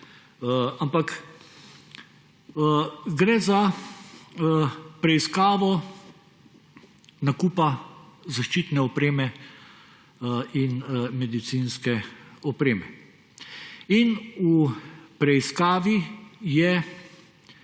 Ampak gre za preiskavo nakupa zaščitne opreme in medicinske opreme. In v preiskavi je